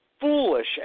foolish